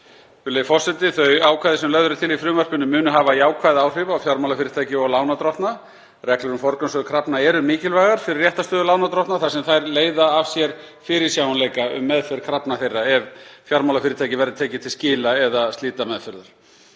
Virðulegi forseti. Þau ákvæði sem lögð eru til í frumvarpinu munu hafa jákvæð áhrif á fjármálafyrirtæki og lánardrottna. Reglur um forgangsröð krafna eru mikilvægar fyrir réttarstöðu lánardrottna þar sem þær leiða af sér fyrirsjáanleika um meðferð krafna þeirra ef fjármálafyrirtæki verður tekið til skila- eða slitameðferðar.